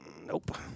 Nope